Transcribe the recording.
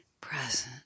present